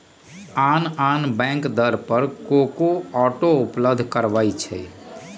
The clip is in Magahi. आन आन बैंक दर पर को को ऑटो उपलब्ध करबबै छईं